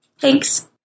Thanks